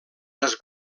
les